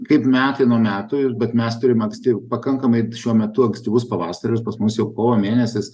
kaip metai nuo metų ir bet mes turim anksti pakankamai šiuo metu ankstyvus pavasarius pas mus jau kovo mėnesis